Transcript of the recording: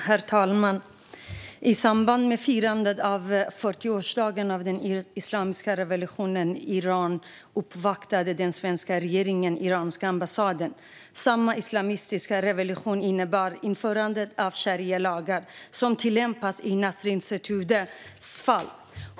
Herr talman! I samband med firandet av 40-årsdagen av den islamiska revolutionen i Iran uppvaktade den svenska regeringen iranska ambassaden. Samma islamistiska revolution innebar införandet av sharialagar som tillämpas i Nasrin Sotoudehs fall.